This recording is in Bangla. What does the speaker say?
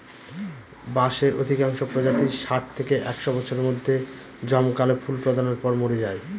বাঁশের অধিকাংশ প্রজাতিই ষাট থেকে একশ বছরের মধ্যে জমকালো ফুল প্রদানের পর মরে যায়